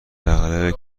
اغلب